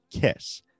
Kiss